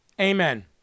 Amen